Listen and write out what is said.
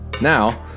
Now